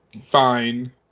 fine